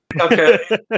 Okay